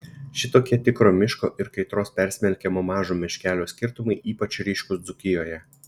šitokie tikro miško ir kaitros persmelkiamo mažo miškelio skirtumai ypač ryškūs dzūkijoje